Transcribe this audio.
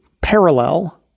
parallel